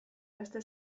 beste